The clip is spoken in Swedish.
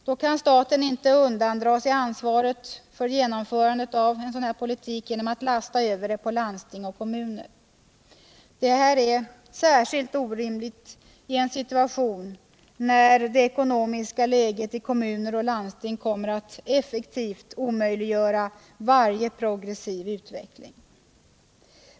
Staten kan inte undandra sig ansvaret för genomförandet av en sådan politik genom att lasta över det på landsting och kommuner. Det är särskilt orimligt i en situation där det ekonomiska läget i kommuner och landsting kommer att effektivt omöjliggöra varje progressiv utveckling.